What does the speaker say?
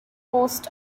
coast